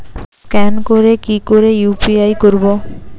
Scan করে কি করে ইউ.পি.আই করবো?